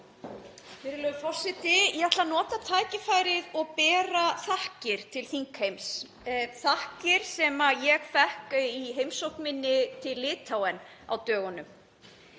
Virðulegur forseti. Ég ætla að nota tækifærið og bera þakkir til þingheims, þakkir sem ég fékk í heimsókn minni til Litáen á dögunum.